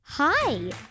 Hi